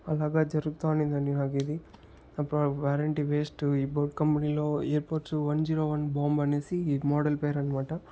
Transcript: అలాగ జరుగుతూ ఉండిందండి నాకిది వ్యారెంటి వేస్టు ఈ బోట్ కంపెనీలో Airpods one zero one bomb అనేసి మోడల్ పేరనమాట